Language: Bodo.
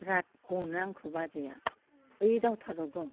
बिराद अनो आंखो बाजैया बै दावधारायाव दं